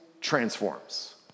transforms